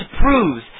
proves